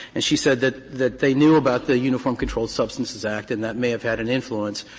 and she said that that they knew about the uniform controlled substances act and that may have had an influence,